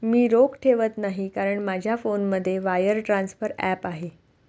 मी रोख ठेवत नाही कारण माझ्या फोनमध्ये वायर ट्रान्सफर ॲप आहे